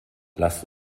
lasst